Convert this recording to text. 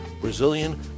brazilian